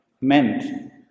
meant